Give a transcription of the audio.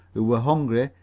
who were hungry,